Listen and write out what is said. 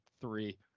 three